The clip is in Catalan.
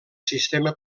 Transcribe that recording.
sistema